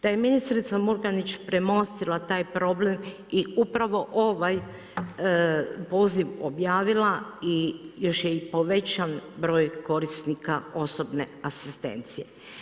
Da je ministrica Murganić premostila taj problem i upravo ovaj poziv objavila i još je i povećan broj korisnika osobne asistencije.